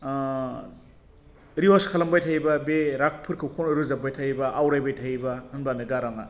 reverse खालामबाय थायोबा बे रागफोरखौ खनो रोजाब्बाय थायोबा आवरायबाय थायोबा होनबानो गाराङा